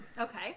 Okay